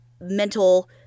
mental